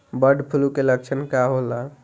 Bird flu के लक्षण का होला?